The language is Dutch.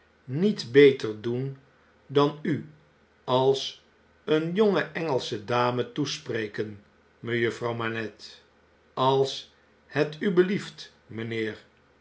niet beter doen dan u als een jonge engelsche dame toespreken mejuffrouw manette als het u belieft mynheer